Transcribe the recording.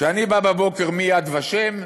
כשאני בא בבוקר מ"יד ושם",